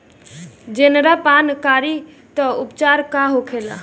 जनेरा पान करी तब उपचार का होखेला?